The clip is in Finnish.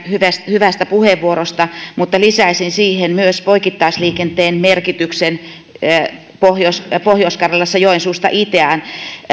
hyvästä puheenvuorosta mutta lisäisin siihen myös poikittaisliikenteen merkityksen pohjois karjalassa joensuusta itään tämä